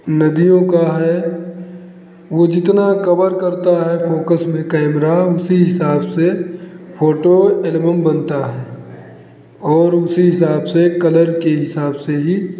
नदियों का है वो जितना कबर करता है फोकस में कैमरा उसी हिसाब से फोटो एल्बम बनता है और उसी हिसाब से कलर के हिसाब से ही